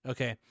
Okay